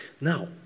Now